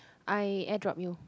I airdrop you